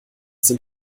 sind